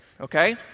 okay